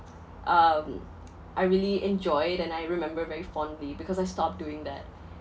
um I really enjoyed and I remember very fondly because I stopped doing that